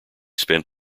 spent